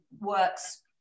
works